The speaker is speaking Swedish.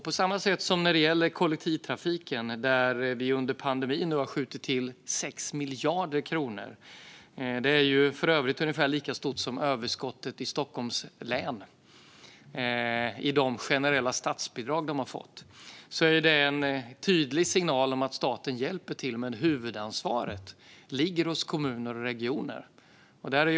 På samma sätt som att vi under pandemin skjutit till 6 miljarder kronor i generella statsbidrag till kollektivtrafiken - det är för övrigt lika mycket som överskottet i Stockholms län - är det en tydlig signal om att staten hjälper till men att huvudansvaret ligger hos kommuner och regioner.